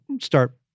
start